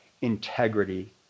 integrity